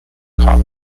college